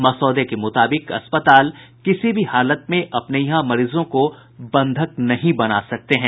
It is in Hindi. मसौदे के मुताबिक अस्पताल किसी भी हालत में अपने यहां मरीजों को बंधक नहीं बना सकते हैं